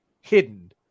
hidden